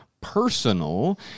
personal